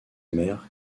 mère